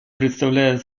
представляют